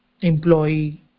employee